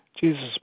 Jesus